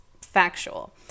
factual